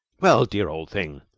well, dear old thing!